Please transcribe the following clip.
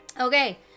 Okay